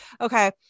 Okay